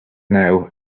now